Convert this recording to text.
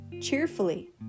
cheerfully